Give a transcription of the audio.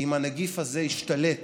אם הנגיף הזה ישתלט